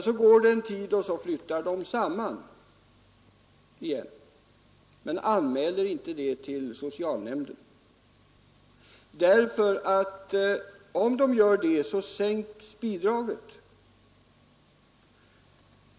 Så går en tid och de flyttar samman igen men anmäler inte det till socialnämnden, för om de gör det sänks bidraget.